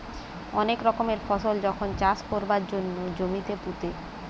অনেক রকমের ফসল যখন চাষ কোরবার জন্যে জমিতে পুঁতে